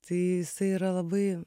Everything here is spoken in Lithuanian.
tai jisai yra labai